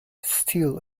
steel